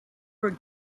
for